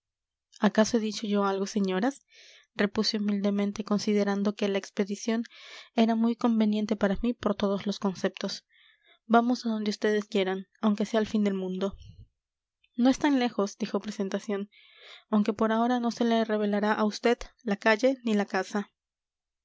acaso he dicho yo algo señoras repuse humildemente considerando que la expedición era muy conveniente para mí por todos los conceptos vamos a donde vds quieran aunque sea al fin del mundo no es tan lejos dijo presentación aunque por ahora no se le revelará a vd la calle ni la casa